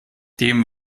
dem